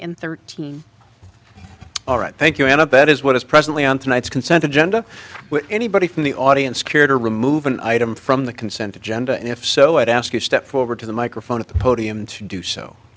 and thirteen all right thank you and a bed is what is presently on tonight's consent agenda anybody from the audience care to remove an item from the consent agenda and if so i ask you step over to the microphone at the podium to do so